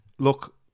Look